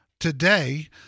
today